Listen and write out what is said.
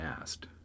asked